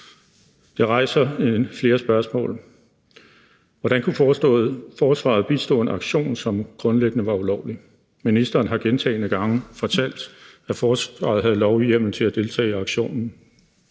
Det rejser flere spørgsmål: Hvordan kunne forsvaret bistå en aktion, som grundlæggende var ulovlig? Ministeren har gentagne gange fortalt, at forsvaret havde lovhjemmel til at deltage i aktionen.